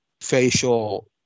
facial